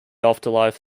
afterlife